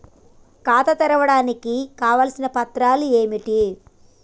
ఖాతా తెరవడానికి కావలసిన పత్రాలు ఏమిటి?